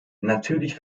natürlich